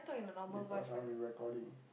because I'm in recording